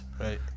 Right